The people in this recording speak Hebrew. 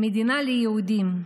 המדינה ליהודים,